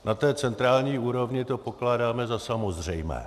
Na té centrální úrovni to pokládáme za samozřejmé.